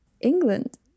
England